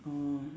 orh